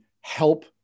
help